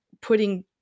putting